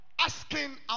asking